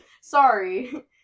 sorry